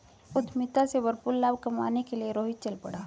उद्यमिता से भरपूर लाभ कमाने के लिए रोहित चल पड़ा